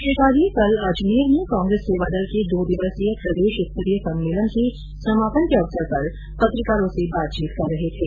श्री काजी कल अजमेर में कांग्रेस सेवादल के दो दिवसीय प्रदेश स्तरीय सम्मेलन के समापन के अवसर पर पत्रकारों से बातचीत कर रहे थे